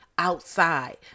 outside